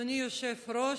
אדוני היושב-ראש,